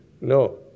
No